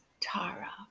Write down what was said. Tara